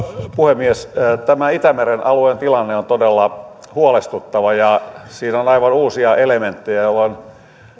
puhemies tämä itämeren alueen tilanne on todella huolestuttava siinä on aivan uusia elementtejä jolloin